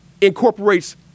incorporates